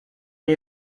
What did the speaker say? nie